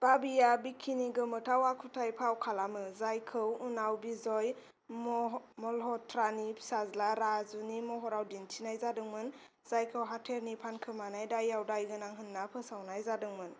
बाबिया बिक्किनि गोमोथाव आखुथाय फाव खालामो जायखौ उनाव बिजय मल्हत्रानि फिसाज्ला राजुनि महराव दिन्थिनाय जादोंमोन जायखौ हाथेरनि फानखोमानाय दायाव दायगोनां होन्ना फोसावनाय जादोंमोन